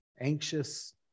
anxious